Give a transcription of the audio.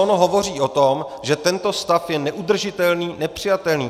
Unisono hovoří o tom, že tento stav je neudržitelný, nepřijatelný.